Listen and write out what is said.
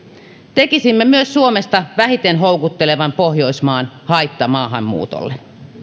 tekisimme suomesta myös vähiten houkuttelevan pohjoismaan haittamaahanmuutolle